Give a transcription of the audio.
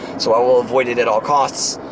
so i will avoid it at all costs.